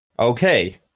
Okay